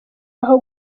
aho